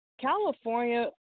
California –